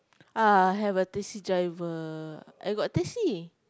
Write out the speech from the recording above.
ah have a taxi driver I got taxi